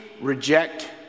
reject